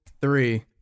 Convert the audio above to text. Three